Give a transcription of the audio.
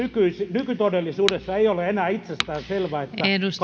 nykytodellisuudessa ei ole enää itsestään selvää että